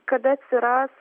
kada atsiras